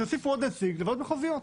שיוסיפו עוד נציג בוועדות המחוזיות.